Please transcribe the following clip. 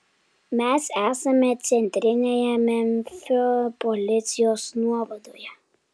mes esame centrinėje memfio policijos nuovadoje